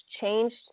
changed